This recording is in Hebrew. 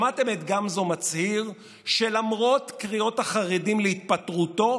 שמעתם את גמזו מצהיר שלמרות קריאות החרדים להתפטרותו,